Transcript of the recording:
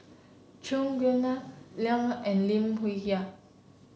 Chua Gim Guan Jimmy Lim Yau and Lim Hwee Hua